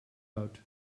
out